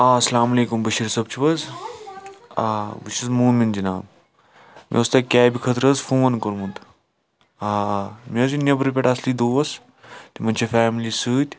آ السلامُ علَیکُم بشیٖر صٲب چھُو حظ آ بہٕ چھُس مُومِن جِناب مےٚ اوس تۄہہِ کیبہِ خٲطرٕ حظ فون کُۄرمُت آ مےٚ حظ یِن نؠبرٕ پؠٹھ اَصلِی دوس تِمَن چھِ فیملِی سٟتۍ